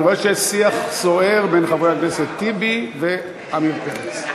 אני רואה שיש שיח סוער בין חברי הכנסת טיבי ועמיר פרץ.